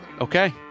Okay